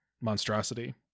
monstrosity